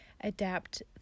adapt